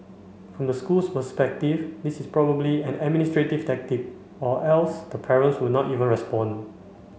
from the school's perspective this is probably an administrative tactic or else the parents would not even respond